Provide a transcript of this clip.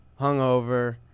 hungover